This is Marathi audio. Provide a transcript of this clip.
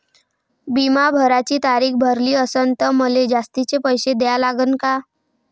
बिमा भराची तारीख भरली असनं त मले जास्तचे पैसे द्या लागन का?